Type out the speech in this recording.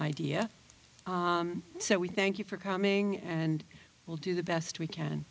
idea so we thank you for coming and will do the best we can